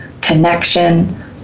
connection